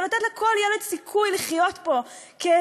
ולתת לכל ילד סיכוי לחיות פה כאזרח